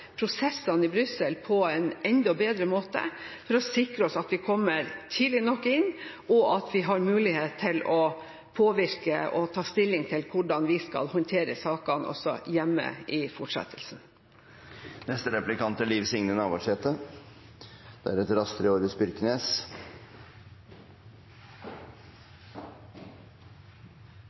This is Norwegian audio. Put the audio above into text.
prosessene i Brussel på en enda bedre måte, for å sikre oss at vi kommer tidlig nok inn, og at vi har mulighet til å påvirke og ta stilling til hvordan vi skal håndtere sakene også hjemme i fortsettelsen. Til liks med føregåande representant etterlyser eg òg ein meir djuptgripande debatt om vårt forhold til EU. Det er